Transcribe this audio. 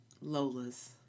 Lola's